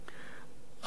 החינוך הוא בסיס,